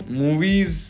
movies